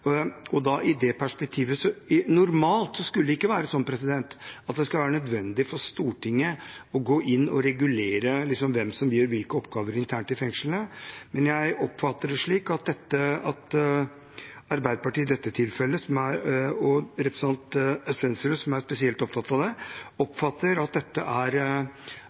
Normalt skulle det ikke være nødvendig for Stortinget å gå inn og regulere hvem som gjør hvilke oppgaver internt i fengslene, men jeg oppfatter det slik at Arbeiderpartiet i dette tilfellet, og representanten Aasen-Svensrud, som er spesielt opptatt av det, i det perspektivet mener at vi er